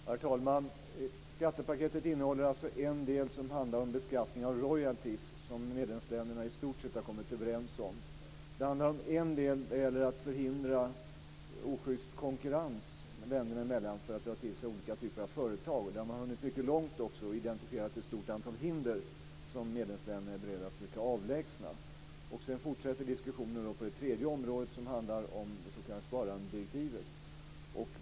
Herr talman! Skattepaket innehåller alltså en del som handlar om beskattning av royalties som medlemsländerna i stort sett har kommit överens om. En del handlar om att förhindra ojust konkurrens länderna emellan för att dra till sig olika typer av företag. Där har man hunnit mycket långt och identifierat ett stort antal hinder som medlemsländerna är beredda att försöka avlägsna. Sedan fortsätter diskussionerna på det tredje området som handlar om det s.k. sparandedirektivet.